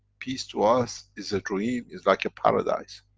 peace to us is a dream, is like a paradise.